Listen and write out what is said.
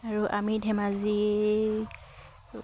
আৰু আমি ধেমাজি